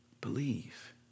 believe